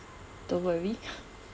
don't worry